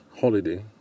holiday